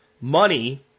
Money